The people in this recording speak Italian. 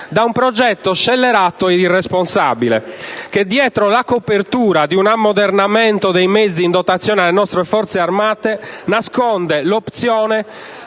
da un progetto scellerato ed irresponsabile, che dietro la copertura di un ammodernamento dei mezzi in dotazione alle nostre Forze armate nasconde l'opzione